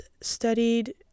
studied